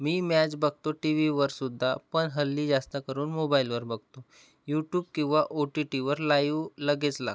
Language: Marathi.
मी मॅच बघतो टी व्ही वरसुद्धा पण हल्ली जास्त करून मोबाईल वर बघतो यूटूब किंवा ओ टी टी वर लाईव्ह लगेच लागतो